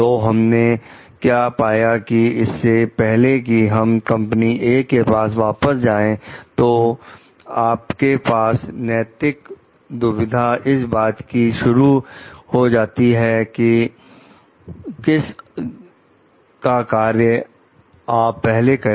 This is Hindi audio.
तो हमने क्या पाया कि इससे पहले कि हम कंपनी " ए" के पास वापस जाएं तो आपके पास नैतिक दुविधा इस बात से शुरू हो जाती है कि किस ग्रह का कार्य आप पहले करें